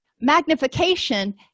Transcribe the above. magnification